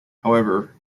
however